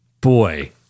boy